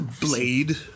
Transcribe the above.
Blade